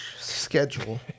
schedule